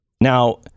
Now